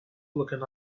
looking